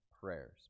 prayers